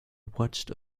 watched